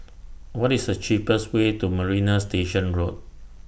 What IS The cheapest Way to Marina Station Road